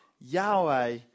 Yahweh